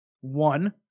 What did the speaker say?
One